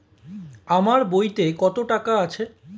আমার বইতে কত টাকা আছে?